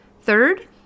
Third